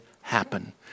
happen